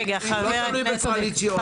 לא, לא בונים בקואליציוני.